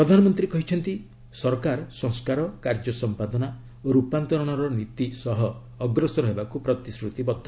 ପ୍ରଧାନମନ୍ତ୍ରୀ କହିଛନ୍ତି ସରକାର ସଂସ୍କାର କାର୍ଯ୍ୟ ସମ୍ପାଦନା ଓ ରୂପାନ୍ତରଣର ନୀତି ସହ ଅଗ୍ରସର ହେବାକୁ ପ୍ରତିଶ୍ରତିବଦ୍ଧ